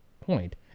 point